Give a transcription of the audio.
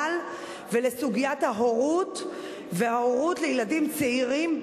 ולסוגיית ההורות וההורות לילדים צעירים,